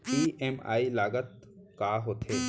EMI लागत का होथे?